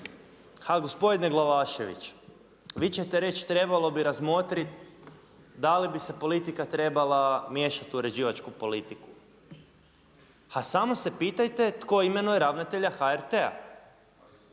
A gospodine Glavašević, vi ćete reći trebalo bi razmotrit da li bi se politika trebala miješati u uređivačku politiku. A samo se pitajte tko imenuje ravnatelja HRT-a?